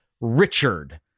Richard